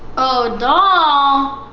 oh doll!